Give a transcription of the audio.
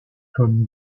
comme